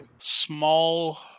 small